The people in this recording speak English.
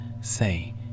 Say